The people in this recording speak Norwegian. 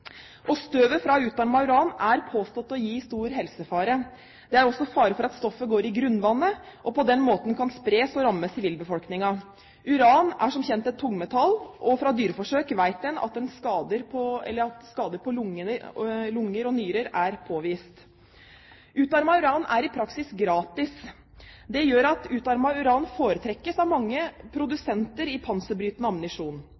Støvet fra utarmet uran er påstått å gi stor helsefare. Det er også fare for at stoffet går i grunnvannet, og på den måten kan spres og ramme sivilbefolkningen. Uran er som kjent et tungmetall, og fra dyreforsøk vet en at skader på lunger og nyrer er påvist. Utarmet uran er i praksis gratis. Det gjør at utarmet uran foretrekkes av mange